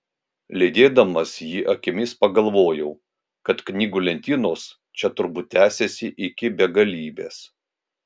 lydėdamas jį akimis pagalvojau kad knygų lentynos čia turbūt tęsiasi iki begalybės